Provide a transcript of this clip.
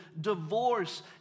divorce